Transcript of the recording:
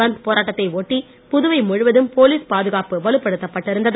பந்த் போராட்டத்தை ஒட்டி புதுவை முழுவதும் போலீஸ் பாதுகாப்பு வலுப்படுத்தப் பட்டிருந்தது